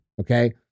Okay